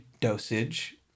dosage